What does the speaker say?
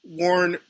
warn